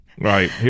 Right